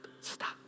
Stop